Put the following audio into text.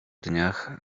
dniach